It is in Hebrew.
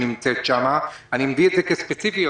אני מביא מקרה ספציפי,